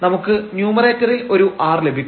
നമുക്ക് നുമറേറ്ററിൽ ഒരു r ലഭിക്കും